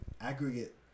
aggregate